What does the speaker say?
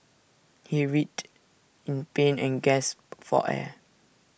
he writhed in pain and gasped for air